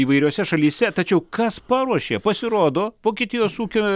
įvairiose šalyse tačiau kas paruošė pasirodo vokietijos ūkio